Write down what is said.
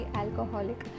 alcoholic